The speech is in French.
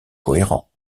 cohérent